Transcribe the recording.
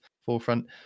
forefront